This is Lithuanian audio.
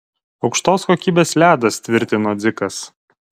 aukštos kokybės ledas tvirtino dzikas